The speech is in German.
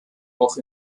auch